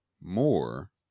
more